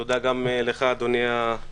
תודה גם לך, אדוני היושב-ראש.